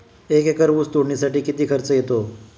एक एकर ऊस तोडणीसाठी किती खर्च येतो?